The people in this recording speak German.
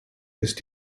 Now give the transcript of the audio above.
ist